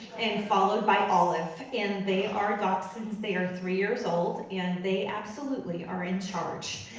and followed by olive. and they are dachshunds, they are three years old, and they absolutely are in charge.